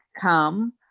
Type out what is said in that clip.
come